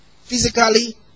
Physically